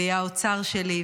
והיא האוצר שלי,